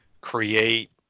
create